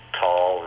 tall